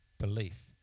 belief